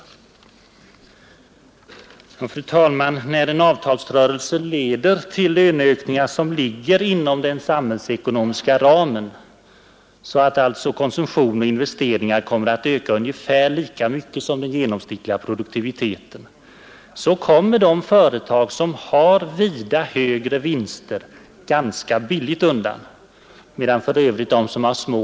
Fru talman! När en avtalsrörelse leder till löneökningar som ligger inom den samhällsekonomiska ramen — så att konsumtion och investeringar kommer att öka ungefär lika mycket som den genomsnittliga produktiviteten — kommer de företag som har vida högre vinster ganska billigt undan .